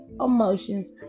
emotions